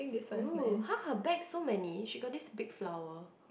!ooh! eh her back so many she got this big flower